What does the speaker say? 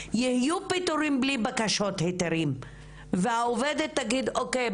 יהיו פיטורין בלי בקשות היתרים והעובדת תגיד לעצמה "אוקיי,